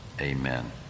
Amen